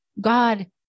God